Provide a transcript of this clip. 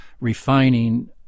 refining